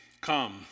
Come